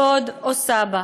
דוד או סבא.